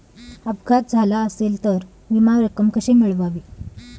अपघात झाला असेल तर विमा रक्कम कशी मिळवावी?